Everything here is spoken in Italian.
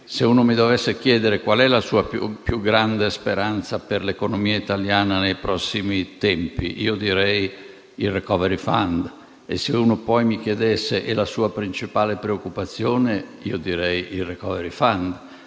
se mi si dovesse chiedere qual è la mia più grande speranza per l'economia italiana nei prossimi tempi, io direi il *recovery fund*; e se mi si chiedesse qual è la mia principale preoccupazione, io direi il *recovery fund*,